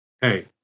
hey